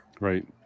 Right